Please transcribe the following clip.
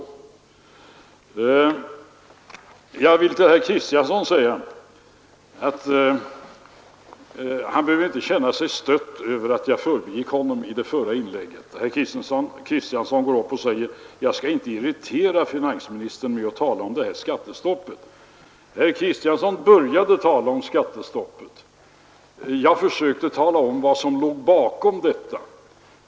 Till herr Kristiansson i Harplinge vill jag säga att han inte skall känna sig stött över att jag förbigick honom i mitt förra inlägg. Herr Kristiansson sade att han inte skulle irritera finansministern med att tala om skattestoppet. Herr Kristiansson började tala om skattestoppet. Jag försökte klara ut vad som låg bakom detta.